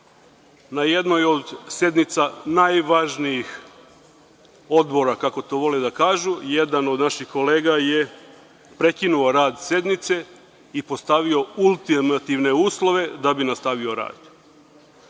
Na jednoj od sednica najvažnijih odbora, kako to vole da kažu, jedan od naših kolega je prekinuo rad sednice i postavio ultimativne uslove da bi nastavio rad.